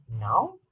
now